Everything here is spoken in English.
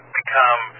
become